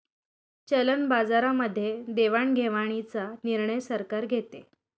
चलन बाजारामध्ये देवाणघेवाणीचा निर्णय सरकार घेते